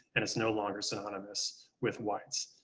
and it's no longer synonymous with whites.